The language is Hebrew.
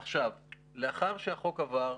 לאחר שהחוק עבר,